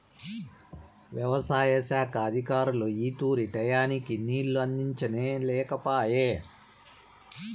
యవసాయ శాఖ అధికారులు ఈ తూరి టైయ్యానికి నీళ్ళు అందించనే లేకపాయె